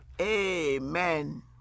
Amen